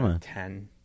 Ten